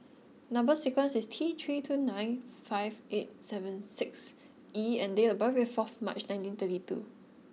number sequence is T three two nine five eight seven six E and date of birth is four March nineteen thirty two